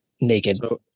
naked